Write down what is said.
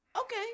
Okay